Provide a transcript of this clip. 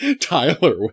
Tyler